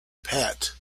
pat